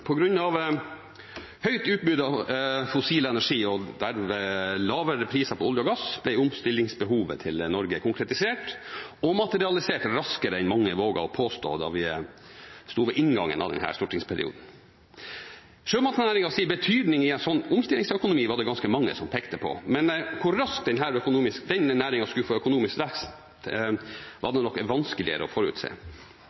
av høyt utbud av fossil energi og derved lavere priser på olje og gass ble omstillingsbehovet til Norge konkretisert og materialisert raskere enn mange våget å spå da vi sto ved inngangen av denne stortingsperioden. Sjømatnæringens betydning i en slik omstillingsøkonomi var det ganske mange som pekte på, men hvor raskt denne næringen skulle få økonomisk vekst, var